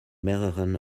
mehreren